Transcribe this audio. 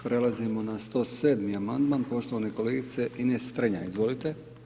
Prelazimo na 107. amandman poštovane kolegice Ines Strenja, izvolite.